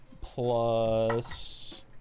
plus